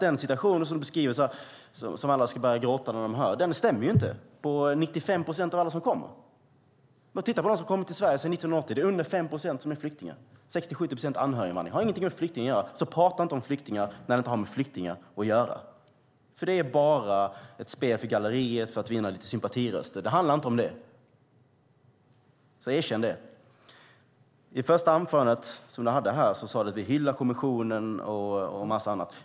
Den situation som beskrivs här så att alla ska börja gråta stämmer inte för 95 procent av alla dem som kommer hit. Av alla som har kommit till Sverige sedan 1980 är det färre än 5 procent som är flyktingar. 60-70 procent är anhöriginvandring. Det har ingenting med flyktingar att göra. Prata inte om flyktingar när det inte har med flyktingar att göra. Det är bara ett spel för galleriet för att vinna lite sympatiröster. Det handlar inte om det. Erkänn det! I det första anförandet sade Lena Olsson att vi sverigedemokrater hyllar kommissionen och en mängd annat.